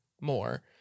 more